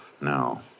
No